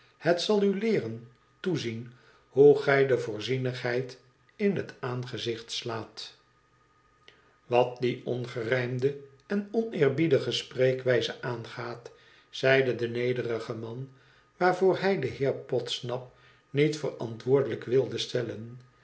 het zal u leeren toezien hoe gij de voorzienigheid in het aangezicht slaat wat die ongerijmde en oneerbiedige spreekwijze aangaat zeide de nederige man waarvoor hij den heer podsnap niet verantwoordelijk wilde stellen